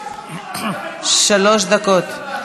שלוש דקות.